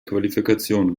qualifikation